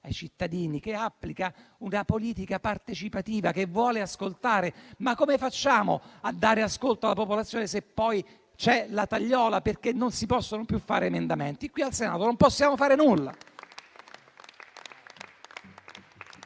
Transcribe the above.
ai cittadini, applica una politica partecipativa, vuole ascoltare. Come facciamo a dare ascolto alla popolazione se poi c'è la tagliola perché non si possono più fare emendamenti? Qui al Senato non possiamo fare nulla